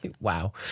Wow